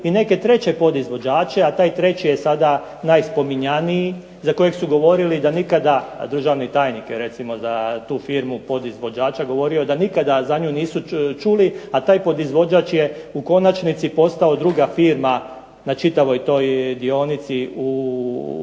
i neke treće podizvođače, a taj treći je sada najspominjaniji za kojeg su govorili da nikada, a državni tajnik je recimo za tu firmu podizvođača govorio da nikada za nju nisu čuli, a taj podizvođač je u konačnici postao druga firma na čitavoj toj dionici u